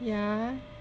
yeah